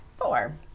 Four